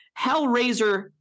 Hellraiser